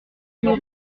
numéro